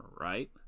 right